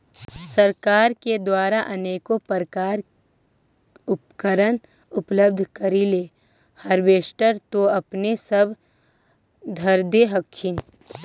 सरकार के द्वारा अनेको प्रकार उपकरण उपलब्ध करिले हारबेसटर तो अपने सब धरदे हखिन?